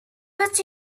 but